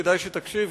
כדאי שתקשיב,